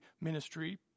ministry